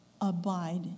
abide